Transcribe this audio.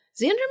Xander